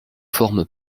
forme